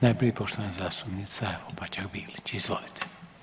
Najprije poštovana zastupnica Opačak Bilić, izvolite.